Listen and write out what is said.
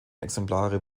exemplare